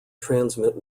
transmit